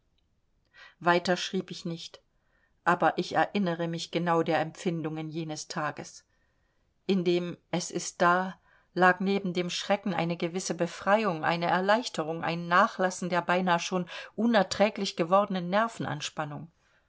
weiter schrieb ich nicht aber ich erinnere mich genau der empfindungen jenes tages in dem es ist da lag neben dem schrecken eine gewisse befreiung eine erleichterung ein nachlassen der beinah schon unerträglich gewordenen